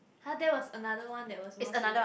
!huh! that was another one that was more serious